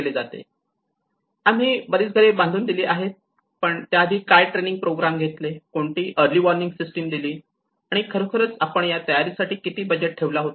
आम्ही बरेच घरे बांधून दिली आहेत आम्ही बऱ्याच बोट दिल्या आहेत तसेच आम्ही बरीच उपजीविकेची साधने देखील दिली आहेत पण त्याआधी काय ट्रेनिंग प्रोग्राम घेतले कोणती अरली वॉर्निंग सिस्टीम दिली आणि खरोखर आपण या तयारीसाठी किती बजेट ठेवला होता